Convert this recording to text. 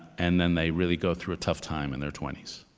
and then they really go through a tough time in their twenty s.